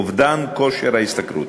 אובדן כושר ההשתכרות,